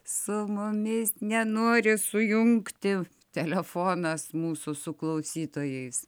su mumis nenori sujungti telefonas mūsų su klausytojais